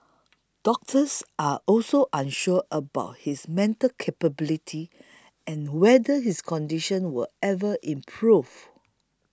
doctors are also unsure about his mental capability and whether his condition will ever improve